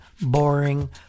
boring